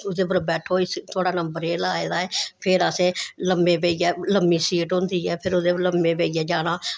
ओह्दे पर बैठो थोहाड़ा नंबर एह् लाए दा ऐ फिर असें लम्में पेइयै लम्मी सीट होंदी ऐ फिर ओह्दे पर लम्में पेइयै जाना